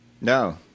No